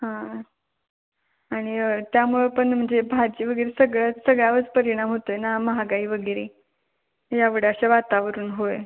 हं आणि त्यामुळं पण म्हणजे भाजी वगैरे सगळंच सगळ्यावरच परिणाम होतो आहे ना महागाई वगैरे एवढ्याशा वातावरून होय